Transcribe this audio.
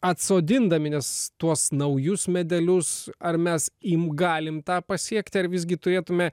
atsodindami nes tuos naujus medelius ar mes galim tą pasiekti ar visgi turėtume